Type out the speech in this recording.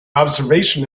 observation